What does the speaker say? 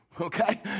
Okay